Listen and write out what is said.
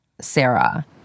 Sarah